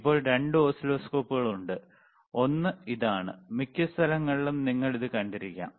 ഇപ്പോൾ 2 ഓസിലോസ്കോപ്പുകൾ ഉണ്ട് ഒന്ന് ഇതാണ് മിക്ക സ്ഥലങ്ങളിലും നിങ്ങൾ ഇത് കണ്ടിരിക്കാം